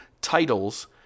titles